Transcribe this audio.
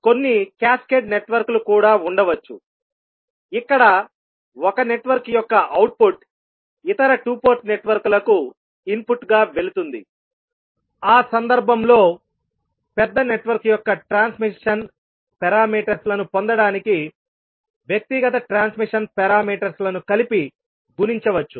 కొన్ని క్యాస్కేడ్ నెట్వర్క్లు కూడా ఉండవచ్చు ఇక్కడ ఒక నెట్వర్క్ యొక్క అవుట్పుట్ ఇతర 2 పోర్ట్ నెట్వర్క్లకు ఇన్పుట్గా వెళుతుంది ఆ సందర్భంలో పెద్ద నెట్వర్క్ యొక్క ట్రాన్స్మిషన్ పారామీటర్స్ లను పొందడానికి వ్యక్తిగత ట్రాన్స్మిషన్ పారామీటర్స్ లను కలిపి గుణించవచ్చు